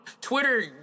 Twitter